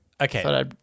okay